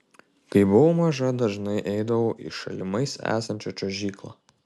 kai buvau maža dažnai eidavau į šalimais esančią čiuožyklą